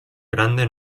grande